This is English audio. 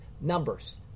Numbers